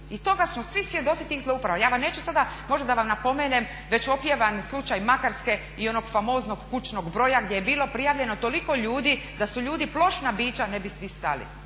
i toga smo svi svjedoci tih zlouporaba. Ja vam neću sada, možda da vam napomenem već opjevan slučaj Makarske i onog famoznog kućnog broja gdje je bilo prijavljeno toliko ljudi da su ljudi plošna bića ne bi svi stali.